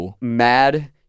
mad